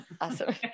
Awesome